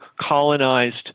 colonized